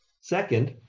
Second